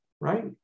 right